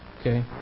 Okay